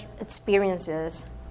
experiences